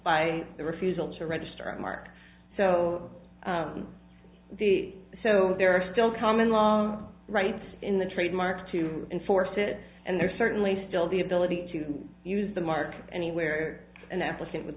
by the refusal to register a mark so the so there are still common law rights in the trademark to enforce it and there certainly still the ability to use the mark anywhere an applicant w